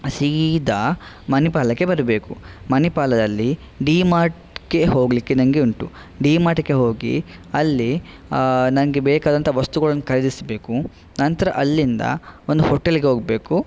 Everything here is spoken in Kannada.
ಸೀದಾ ಮಣಿಪಾಲಕ್ಕೆ ಬರಬೇಕು ಮಣಿಪಾಲದಲ್ಲಿ ಡಿ ಮಾರ್ಟ್ಗೆ ಹೋಗಲಿಕ್ಕೆ ನಂಗೆ ಉಂಟು ಡಿ ಮಾರ್ಟಿಗೆ ಹೋಗಿ ಅಲ್ಲಿ ನಂಗೆ ಬೇಕಾದಂಥ ವಸ್ತುಗಳನ್ನು ಖರೀದಿಸ್ಬೇಕು ನಂತರ ಅಲ್ಲಿಂದ ಒಂದು ಹೋಟೆಲಿಗೆ ಹೋಗಬೇಕು